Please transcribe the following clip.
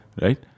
Right